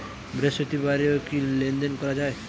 বৃহস্পতিবারেও কি লেনদেন করা যায়?